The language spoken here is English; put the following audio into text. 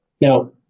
Now